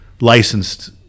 licensed